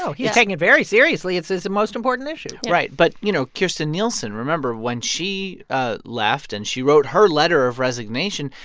so he's taking it very seriously. it's his most important issue yeah right. but, you know, kirstjen nielsen, remember, when she ah left and she wrote her letter of resignation,